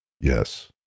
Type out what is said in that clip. Yes